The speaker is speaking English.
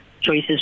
Choices